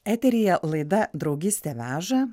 eteryje laida draugystė veža